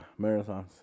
marathons